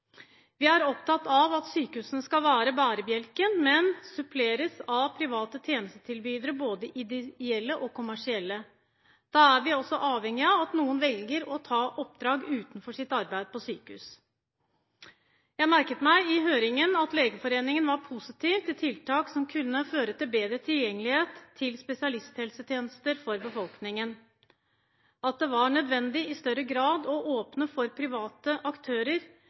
Vi er opptatt av at sykehusene skal være bærebjelken, men suppleres av private tjenestetilbydere, både ideelle og kommersielle. Da er vi også avhengig av at noen velger å ta oppdrag utenfor sitt arbeid på sykehus. Jeg merket meg i høringen at Legeforeningen var positiv til tiltak som kunne føre til bedre tilgjengelighet til spesialisthelsetjenester for befolkningen, at det i større grad var nødvendig å åpne for private aktører,